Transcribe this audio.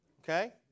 Okay